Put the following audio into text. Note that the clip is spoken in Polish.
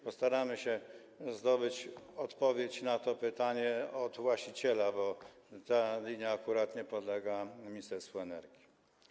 Postaramy się zdobyć odpowiedź na to pytanie od właściciela, bo ta linia akurat nie podlega Ministerstwu Energii.